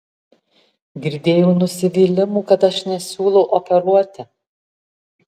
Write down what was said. girdėjau nusivylimų kad aš nesiūlau operuoti